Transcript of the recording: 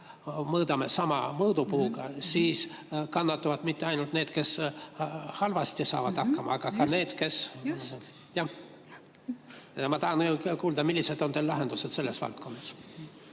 mõõdame sama mõõdupuuga, siis kannatavad mitte ainult need, kes halvasti saavad hakkama, aga ka need, kes [on andekad]. Ma tahan kuulda, millised on teie lahendused selles valdkonnas.